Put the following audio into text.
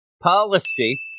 policy